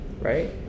Right